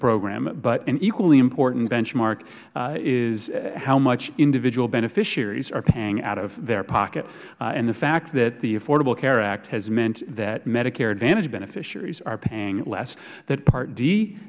program but an equally important benchmark is how much individual beneficiaries are paying out of their pocket and the fact that the affordable care act has meant that medicare advantage beneficiaries are paying less that part d